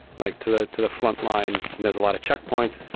like, to the to the frontline. and there's a lot of checkpoints.